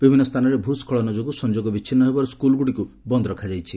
ବିଭିନ୍ନ ସ୍ଥାନରେ ଭୂସ୍କଳନ ଯୋଗୁଁ ସଂଯୋଗ ବିଚ୍ଛିନ୍ସ ହେବାରୁ ସ୍କୁଲ୍ଗୁଡ଼ିକୁ ବନ୍ଦ ରଖାଯାଇଛି